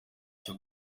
cyo